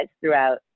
throughout